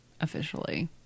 Officially